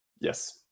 Yes